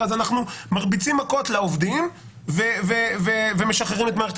אז אנחנו מרביצים מכות לעובדים ומשחררים את מערכת